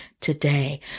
today